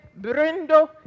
brindo